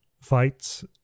fights